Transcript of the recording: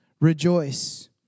Rejoice